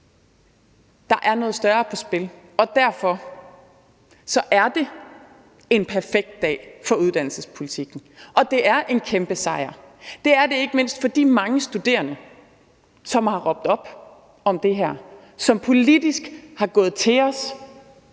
Der er noget større på spil, og derfor er det en perfekt dag for uddannelsespolitikken. Og det er en kæmpe sejr – det er det ikke mindst for de mange studerende, som har råbt op om det her; som politisk er gået til os,